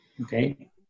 Okay